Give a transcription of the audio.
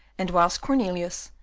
and whilst cornelius,